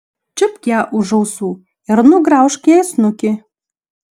čiupk ją už ausų ir nugraužk jai snukį